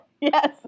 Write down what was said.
Yes